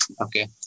Okay